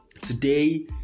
today